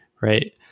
right